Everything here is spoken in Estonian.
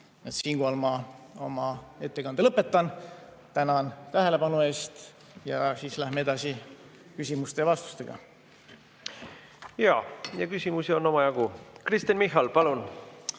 Siinkohal ma oma ettekande lõpetan. Tänan tähelepanu eest! Läheme edasi küsimuste ja vastustega. Jaa, küsimusi on omajagu. Kristen Michal, palun!